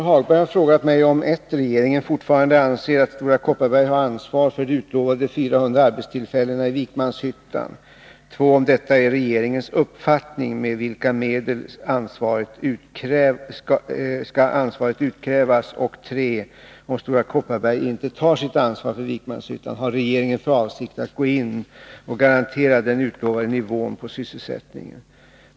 Herr talman! Lars-Ove Hagberg har frågat mig: 2. Om detta är regeringens uppfattning, med vilka medel skall ansvaret utkrävas? 3. Om Stora Kopparberg inte tar sitt ansvar för Vikmanshyttan, har regeringen för avsikt att gå in och garantera den utlovade nivån på sysselsättningen?